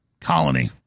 colony